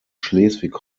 schleswig